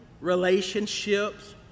relationships